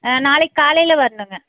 ஆ நாளைக்கு காலையில் வரணுங்க